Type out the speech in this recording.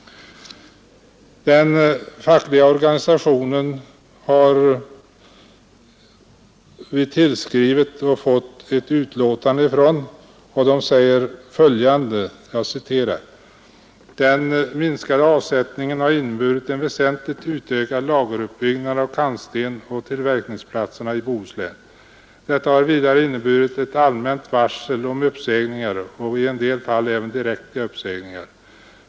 Vi har tillskrivit den fackliga organisationen och fått ett utlåtande därifrån. Organisationen skriver följande: ”Den minskade avsättningen har inneburit en väsentligt utökad lageruppbyggnad av kantsten å tillverkningsplatserna i Bohuslän. Detta har vidare inneburit ett allmänt varsel om uppsägningar och i en del fall även direkta uppsägningar.